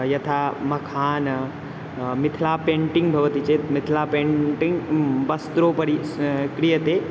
यथा मखान् मिथिलायाः पेण्टिङ्ग् भवति चेत् मिथलायाः पेण्टिङ्ग् वस्त्रोपरि स् क्रियते